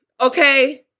Okay